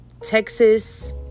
Texas